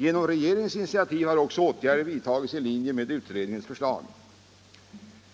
Genom regeringens initiativ har också åtgärder vidtagits i linje med utredningens förslag.